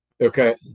Okay